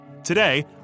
Today